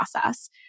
process